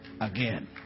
again